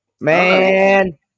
Man